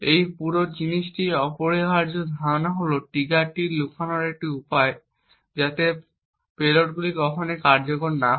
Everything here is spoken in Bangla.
এই পুরো জিনিসটির অপরিহার্য ধারণা হল ট্রিগারগুলি লুকানোর একটি উপায় যাতে পেলোডগুলি কখনই কার্যকর না হয়